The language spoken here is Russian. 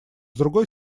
другой